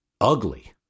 Ugly